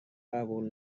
قبول